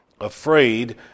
afraid